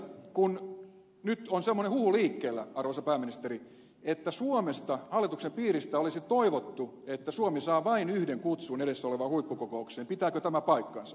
kun nyt on semmoinen huhu liikkeellä arvoisa pääministeri että suomesta hallituksen piiristä olisi toivottu että suomi saa vain yhden kutsun edessä olevaan huippukokoukseen pitääkö tämä paikkansa